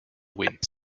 wind